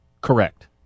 Correct